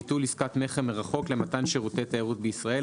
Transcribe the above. ביטול עסקת מכר מרחוק למתן שירותי תיירות בישראל),